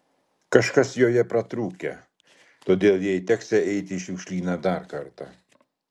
kažkas joje pratrūkę todėl jai teksią eiti į šiukšlyną dar kartą